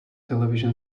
television